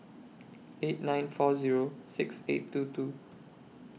eight nine four Zero six eight two two